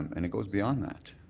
um and it goes beyond that.